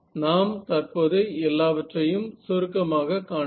நான் தற்போது எல்லாவற்றையும் சுருக்கமாக காண்போம்